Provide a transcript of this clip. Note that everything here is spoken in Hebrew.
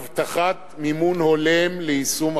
מהחברה המפקחת ומהרשות כי השטח פנוי